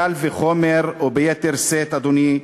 קל וחומר או ביתר שאת, אדוני,